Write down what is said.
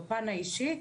בפן האישי,